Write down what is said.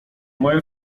moja